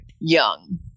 young